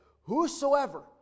whosoever